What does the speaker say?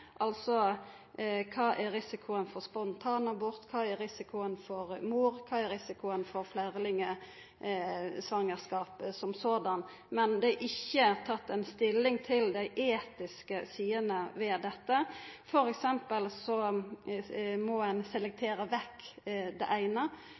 kva er risikoen for spontanabort, kva er risikoen for mor, kva er risikoen for fleirlingsvangerskap som såleis – men det er ikkje tatt stilling til dei etiske sidene ved dette, som f.eks.: Om ein